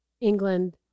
England